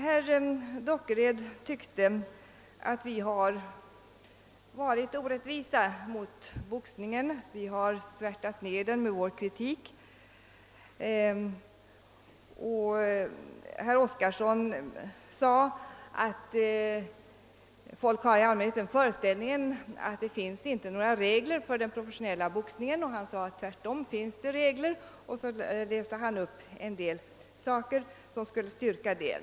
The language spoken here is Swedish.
Herr Dockered tyckte att vi har varit orättvisa mot boxningen — att vi har svärtat ned den med vår kritik — och herr Oskarson sade att folk i allmänhet har den föreställningen att det inté finns några regler för den professionella boxningen. Att det tvärtom finns regler ville herr Oskarson styrka genom att läsa upp vissa avsnitt.